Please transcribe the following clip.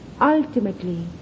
ultimately